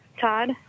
Todd